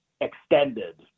extended